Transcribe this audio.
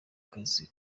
kazi